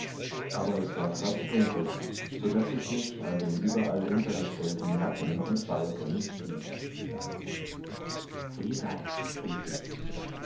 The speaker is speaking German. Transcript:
aber es war fast dunkel so daß ich mich an den überall untergestellten latten und balken stieß lisei rief ich